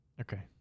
Okay